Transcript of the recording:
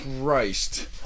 Christ